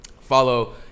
Follow